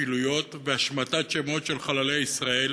כפילויות והשמטת שמות של חללי ישראל